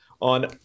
on